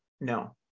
No